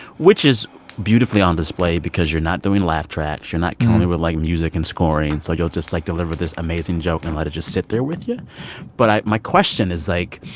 which is beautifully on display because you're not doing laugh tracks. you're not kind of like, music and scoring. so you'll just, like, deliver this amazing joke and let it just sit there with you but i my question is, like,